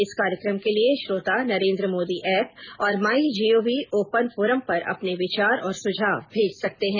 इस कार्यक्रम के लिए श्रोता नरेन्द्र मोदी एप और माई जीओवी ओपन फोरम पर अपने विचार और सुझाव भेज सकते हैं